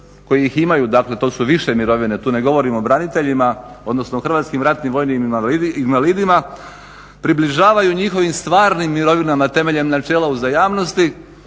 koji ih imaju, dakle to su više mirovine, tu ne govorim o braniteljima odnosno o HRVI, približavaju njihovim stvarnim mirovinama temeljem načela uzajamnosti.